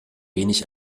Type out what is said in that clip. wenig